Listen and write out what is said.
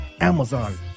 Amazon